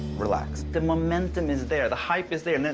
relax. the momentum is there. the hype is there.